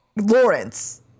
Lawrence